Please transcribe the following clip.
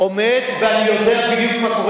השוטר במקום